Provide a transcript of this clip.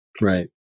Right